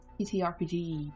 PTRPG